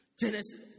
Genesis